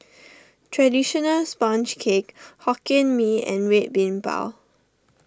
Traditional Sponge Cake Hokkien Mee and Red Bean Bao